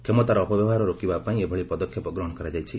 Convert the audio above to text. କ୍ଷମତାର ଅପବ୍ୟବହାର ରୋକିବା ପାଇଁ ଏଭଳି ପଦକ୍ଷେପ ଗ୍ରହଣ କରାଯାଇଛି